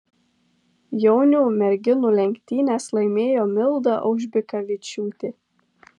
jaunių merginų lenktynes laimėjo milda aužbikavičiūtė